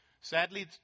Sadly